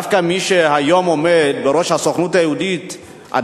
דווקא מי שהיום עומד בראש הסוכנות היהודית הוא